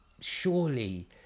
surely